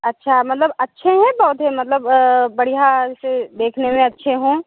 अच्छा मतलब अच्छे हैं पौधे मतलब बढ़िया से देखने में अच्छे हों